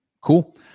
cool